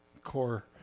core